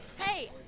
hey